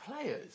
players